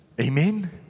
Amen